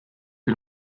que